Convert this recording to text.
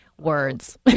Words